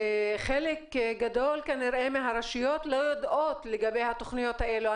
שחלק גדול כנראה מהרשויות לא יודעות לגבי התוכניות האלו.